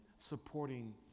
supporting